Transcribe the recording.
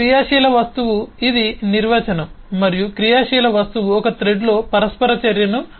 క్రియాశీల వస్తువు ఇది నిర్వచనం మరియు క్రియాశీల వస్తువు ఒక థ్రెడ్లో పరస్పర చర్యను ప్రేరేపిస్తుంది